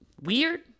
weird